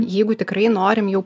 jeigu tikrai norim jau